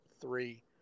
three